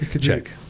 check